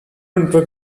network